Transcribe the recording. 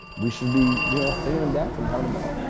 we should be you know ah singing and dancing and having a ball.